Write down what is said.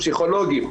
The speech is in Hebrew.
פסיכולוגים,